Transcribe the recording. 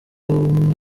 umwe